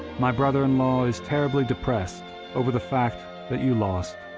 my brother-in-law is terribly depressed over the fact that you lost.